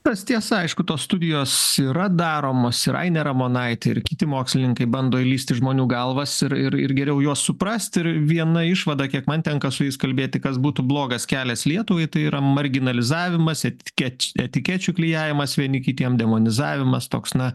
tas tiesa aišku tos studijos yra daromos ir ainė ramonaitė ir kiti mokslininkai bando įlįsti į žmonių galvas ir ir ir geriau juos suprasti ir viena išvada kiek man tenka su jais kalbėti kas būtų blogas kelias lietuvai tai yra marginalizavimas etikeč etikečių klijavimas vieni kitiem demonizavimas toks na